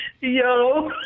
Yo